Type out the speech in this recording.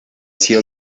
sido